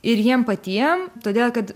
ir jiem patiem todėl kad